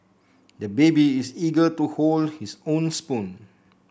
the baby is eager to hold his own spoon